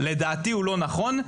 לדעתי הוא לא נכון.